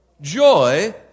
Joy